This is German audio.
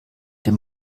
den